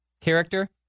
character